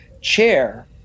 chair